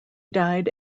died